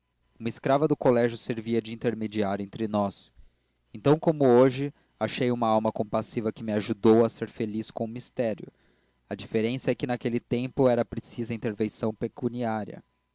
uma escrava do colégio servia de intermediária entre nós então como hoje achei uma alma compassiva que me ajudou a ser feliz com mistério a diferença é que naquele tempo era precisa a intervenção pecuniária